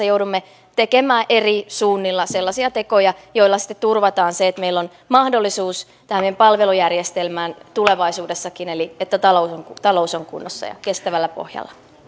joudumme tekemään eri suunnilla sellaisia tekoja joilla sitten turvataan se että meillä on mahdollisuus tähän meidän palvelujärjestelmään tulevaisuudessakin eli että talous on kunnossa ja kestävällä pohjalla